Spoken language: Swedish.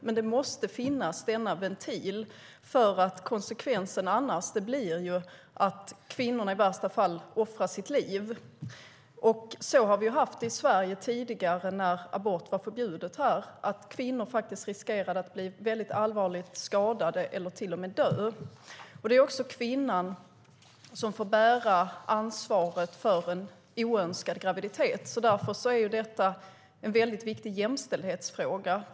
Men denna ventil måste finnas, för annars blir konsekvensen att kvinnorna i värsta fall offrar sitt liv. Så hade vi det i Sverige tidigare när abort var förbjudet här och kvinnor riskerade att bli allvarligt skadade eller till och med dö. Det är kvinnan som får bära ansvaret för en oönskad graviditet, så därför är detta en viktig jämställdhetsfråga.